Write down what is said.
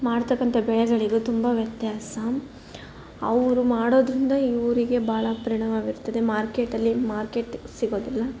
ಮಾಡ್ತಕ್ಕಂಥ ಬೆಳೆಗಳಿಗೂ ತುಂಬ ವ್ಯತ್ಯಾಸ ಅವರು ಮಾಡೋದರಿಂದ ಇವರಿಗೆ ಭಾಳ ಪರಿಣಾಮ ಬೀರ್ತದೆ ಮಾರ್ಕೆಟಲ್ಲಿ ಮಾರ್ಕೆಟ್ ಸಿಗೋದಿಲ್ಲ